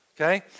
okay